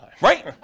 Right